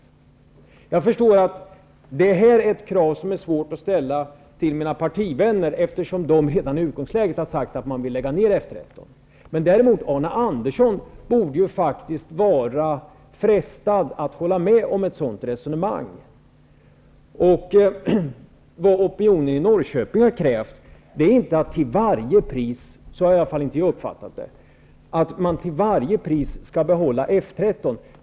Jag förstår att det här är ett krav som är svårt att ställa på mina partivänner, eftersom de redan i utgångsläget har sagt att de vill lägga ned F 13. Men Arne Andersson borde faktiskt vara frestad att hålla med om ett sådant resonemang. Opinionen i Norrköping har inte till varje pris krävt att man skall behålla F 13 -- så har i alla fall inte jag uppfattat det.